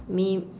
may